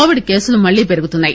Covid కేసులు మల్లీ పెరుగుతున్నాయి